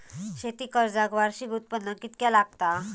शेती कर्जाक वार्षिक उत्पन्न कितक्या लागता?